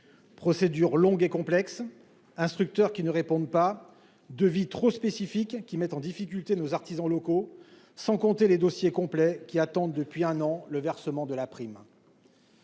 procédure longue et complexe, instructeur qui ne répondent pas de vie trop spécifique qui mettent en difficulté nos artisans locaux, sans compter les dossiers complets qui attendent depuis un an, le versement de la prime.